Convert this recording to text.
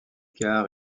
gare